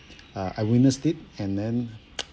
uh I witnessed it and then